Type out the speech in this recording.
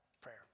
prayer